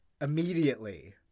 immediately